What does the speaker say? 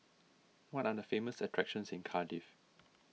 what are the famous attractions in Cardiff